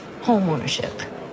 Homeownership